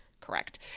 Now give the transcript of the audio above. correct